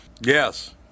Yes